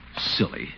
Silly